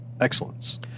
excellence